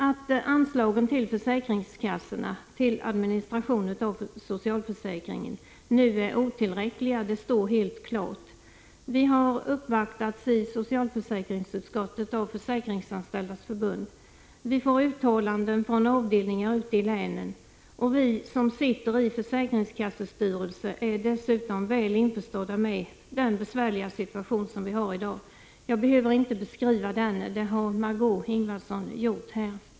Att anslagen till försäkringskassorna för administration av socialförsäkringen nu är otillräckliga står helt klart. Socialförsäkringsutskottet har uppvaktats av Försäkringsanställdas förbund, vi får uttalanden från avdelningar ute i länen, och vi som sitter i försäkringskassestyrelser är dessutom väl införstådda med den besvärliga situation som råder i dag. Jag behöver inte beskriva den — det har Margö Ingvardsson gjort.